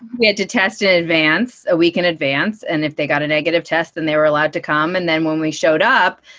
we had to test in advance a week in advance. and if they got a negative test and they were allowed to come and then when we showed up,